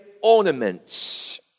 ornaments